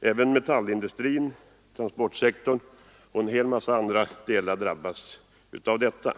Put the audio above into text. Även metallindustrin, transportsektorn och andra delar av näringslivet drabbas.